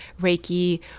Reiki